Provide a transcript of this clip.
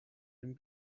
dem